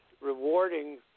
rewarding